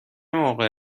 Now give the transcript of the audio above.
موقع